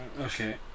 Okay